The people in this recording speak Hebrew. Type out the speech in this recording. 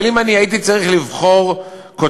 אבל אם אני הייתי צריך לבחור כותרת